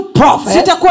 prophet